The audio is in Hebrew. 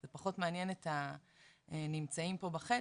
זה פחות מעניין את הנמצאים פה בחדר,